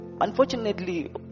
unfortunately